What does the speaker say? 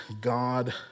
God